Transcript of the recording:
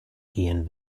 gehen